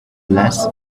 less